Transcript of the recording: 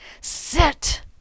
Sit